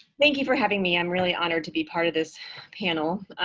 thank you for having me. i'm really honored to be part of this panel.